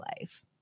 life